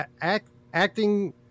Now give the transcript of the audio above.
Acting